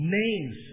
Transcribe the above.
names